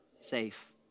safe